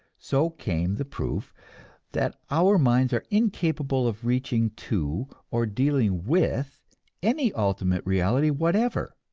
so came the proof that our minds are incapable of reaching to or dealing with any ultimate reality whatever,